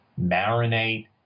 marinate